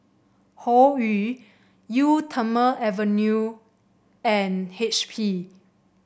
Hoyu Eau Thermale Avene and H P